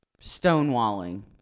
stonewalling